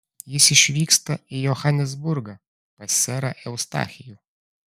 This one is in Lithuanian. jis išvyksta į johanesburgą pas serą eustachijų